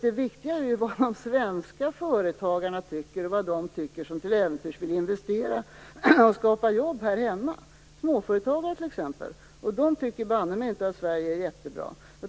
Det viktiga är ju vad de svenska företagarna tycker och vad de tycker som till äventyrs vill investera och skapa jobb här hemma, t.ex. småföretagare. De tycker banne mig inte att Sverige är jättebra.